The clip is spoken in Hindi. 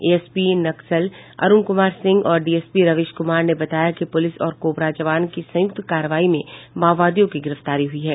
एएसपी नक्सल अरुण कुमार सिंह और डीएसपी रविश कुमार ने बताया कि पुलिस और कोबरा जवान की संयुक्त कार्रवाई में माओवादियों के गिरफ्तारी हुई है